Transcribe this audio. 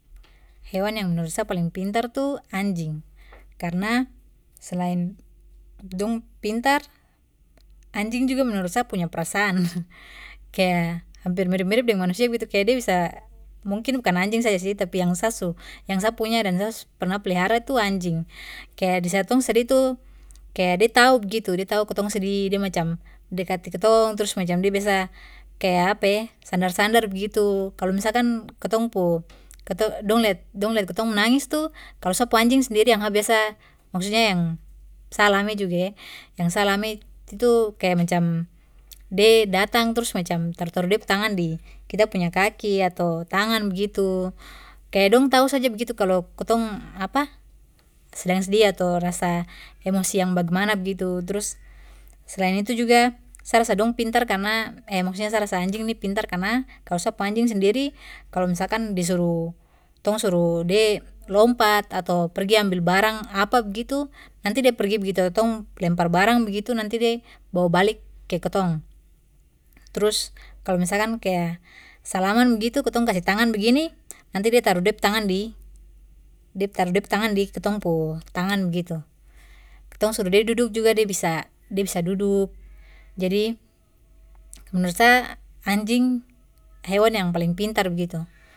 Hewan yang menurut sa paling pintar tu anjing karna selain dong pintar anjing juga menurut sa punya perasaan kaya hampir mirip mirip deng manusia begitu kaya de bisa mungkin bukan anjing saja sih tapi sa su yang sa punya dan sa su pernah plihara tu anjing kaya di saat tong sedih tu kaya de tahu begitu de tahu kitong sedih de macam dekati kitong terus macam de biasa kaya sandar sandar begitu kalo misalkan kitong pu kitong dong lihat dong lihat kitong menangis tu kalo sa pu anjing sendiri yang ha biasa maksudnya yang sa alami juga eh yang sa alami itu kaya macam de datang trus macam taruh taruh de pu tangan di kita punya kaki ato tangan begitu kaya dong tahu begitu saja kalo kitong sedang sedih ato rasa emosi yang bagemana begitu trus selain itu juga sa rasa dong pintar karna eh maksudnya sa rasa anjing ni pintar karna kalo sa pu anjing sendiri kalo misalkan disuruh tong suruh de lompat ato pergi ambil barang apa begitu nanti de pergi begitu a tong lempar barang begitu nanti de bawa balik ke kitong. Terus kalo misalkan kaya salaman begitu kitong kasih tangan begini nanti de taruh de pu tangan di de taruh tangan di kitong pu tangan begitu kitong suruh de duduk juga de bisa duduk, jad menurut sa anjing hewan yang paling pintar begitu.